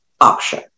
option